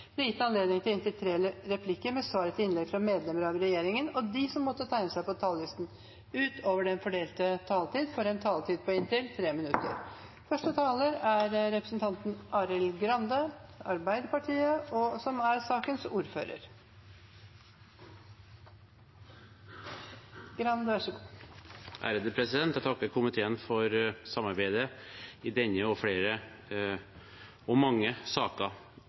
gitt anledning til inntil seks replikker med svar etter innlegg fra medlemmer av regjeringen, og de som måtte tegne seg på talerlisten utover den fordelte taletid, får også en taletid på inntil 3 minutter. Takk til komiteen for godt samarbeid og